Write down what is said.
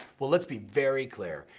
well, let's be very clear.